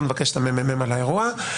לא נבקש את הממ"מ על האירוע.